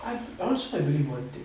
I also I believe one thing